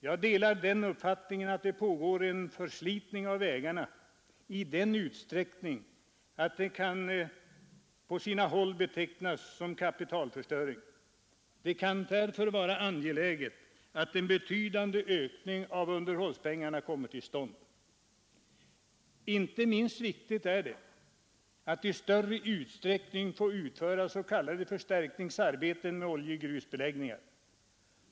Jag delar uppfattningen att det pågår en förslitning av vägarna i sådan utsträckning att den på sina håll kan betecknas som kapitalförstöring. Det kan därför vara angeläget att en betydande ökning av underhållspengarna kommer till stånd. Inte minst viktigt är det att man i större utsträckning får utföra s.k. förstärkningsarbeten med oljegrusbeläggning.